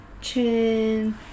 chin